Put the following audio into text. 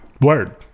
Word